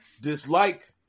dislike